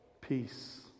peace